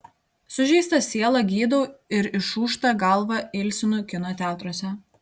sužeistą sielą gydau ir išūžtą galvą ilsinu kino teatruose